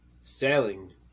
sailing